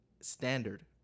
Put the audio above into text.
standard